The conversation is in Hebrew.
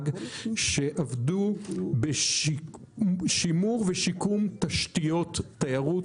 והגנים שעבדו בשימור ושיקום תשתיות תיירות,